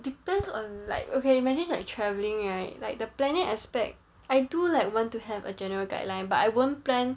depends on like okay imagine like travelling right like the planning aspect I do like want to have a general guideline but I won't plan